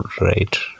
right